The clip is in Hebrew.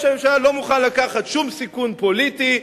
הממשלה לא מוכן לקחת שום סיכון פוליטי,